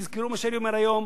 תזכרו מה שאני אומר היום,